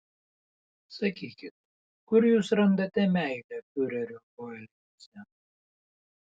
sakykit kur jūs randate meilę fiurerio poelgiuose